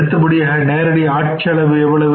அடுத்தபடியாக நேரடி ஆட்செலவு எவ்வளவு